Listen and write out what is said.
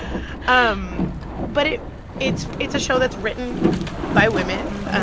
um but it it's it's a show that's written by women,